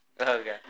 okay